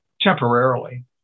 temporarily